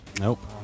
Nope